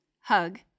hug